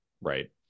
Right